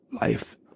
life